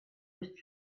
nicht